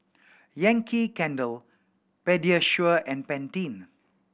Yankee Candle Pediasure and Pantene